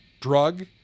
drug